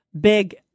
Big